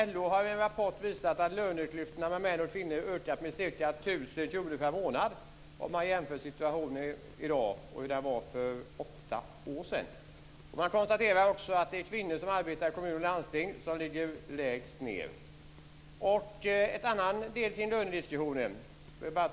LO har i en rapport visat att löneklyftorna mellan män och kvinnor har ökat med ca 1 000 kr per månad om man jämför situationen för åtta år sedan med hur den är i dag. Man konstaterar också att det är kvinnor som arbetar i kommun och landsting som ligger lägst. Jag kan tala om en annan del i lönediskussionen.